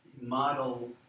model